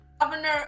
governor